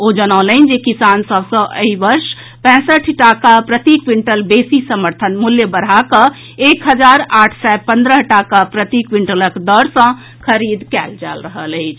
ओ जनौलनि जे किसान सभ सँ एहि वर्ष पैंसठि टाका प्रति क्विंटल बेसी समर्थन मूल्य बढ़ा कऽ एक हजार आठ सय पन्द्रह टाका प्रति क्विंटलक दर सँ खरीद कयल जा रहल अछि